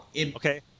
Okay